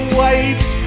waves